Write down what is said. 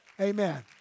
Amen